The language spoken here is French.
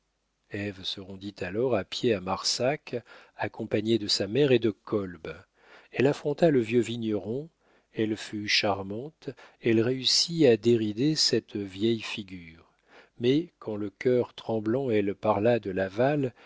se rendit alors à pied à marsac accompagnée de sa mère et de kolb elle affronta le vieux vigneron elle fut charmante elle réussit à dérider cette vieille figure mais quand le cœur tremblant elle parla de l'aval elle